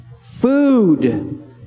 food